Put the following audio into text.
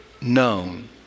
known